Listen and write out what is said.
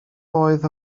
oedd